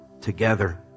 together